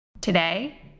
Today